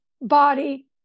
body